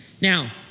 Now